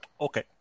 Okay